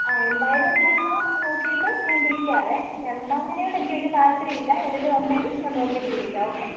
ആ എന്തായാലും ഞാനെന്നാൽ നോക്കിയിട്ട് ഞാൻ വിളിക്കാമേ രണ്ടാം നിലയോട് എനിക്ക് വലിയ താല്പര്യമില്ല ഏതെങ്കിലും ഉണ്ടെങ്കിൽ ഞാൻ നോക്കിയിട്ട് വിളിക്കാം ഓക്കെ